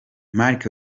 mark